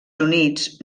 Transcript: units